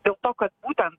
dėl to kad būtent